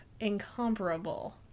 incomparable